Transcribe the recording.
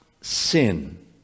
sin